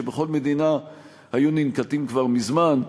שבכל מדינה היו ננקטים כבר מזמן,